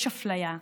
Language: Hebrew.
יש אפליה,